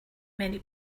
many